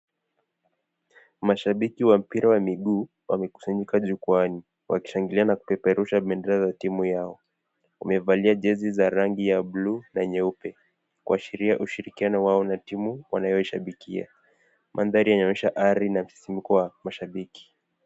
Mashabiki wa mpira ya miguu, wamekusanyika jukwani wakishanilia na kupeperusha bendera ya timu yao. Wamevalia jezi za rangi ya buluu na nyeupe kuashiria ushirikiano wao na timu wanayo shabikia, mandari yanaonyesha ari na msisimko wa mashabiki.